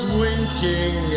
winking